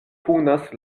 punas